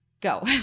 Go